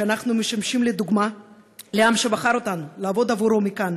אנחנו משמשים דוגמה לעם שבחר אותנו לעבוד עבורו מכאן,